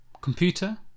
Computer